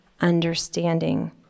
understanding